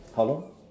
how long